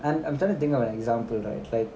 I'm I'm trying to think of an example right like